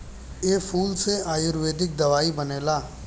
ए फूल से आयुर्वेदिक दवाई बनेला